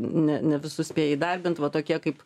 ne ne visus spėja įdarbint va tokie kaip